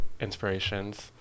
inspirations